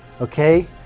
Okay